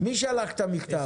מי שלח את המכתב?